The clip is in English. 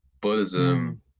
buddhism